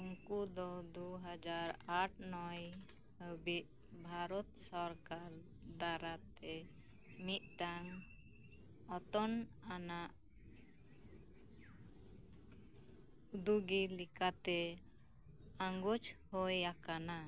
ᱩᱱᱠᱩ ᱫᱚ ᱫᱩ ᱦᱟᱡᱟᱨ ᱟᱴᱼᱱᱚᱭ ᱦᱟᱹᱵᱤᱡ ᱵᱷᱟᱨᱚᱛ ᱥᱚᱨᱠᱟᱨ ᱫᱟᱨᱟᱭᱛᱮ ᱢᱤᱫᱴᱟᱝ ᱦᱟᱛᱚᱱ ᱟᱱᱟᱜ ᱫᱩᱜᱤ ᱞᱮᱠᱟᱛᱮ ᱟᱸᱜᱚᱪ ᱦᱳᱭ ᱟᱠᱟᱱᱟ